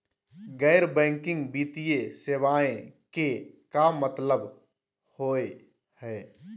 गैर बैंकिंग वित्तीय सेवाएं के का मतलब होई हे?